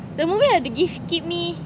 the moment you have to just keep me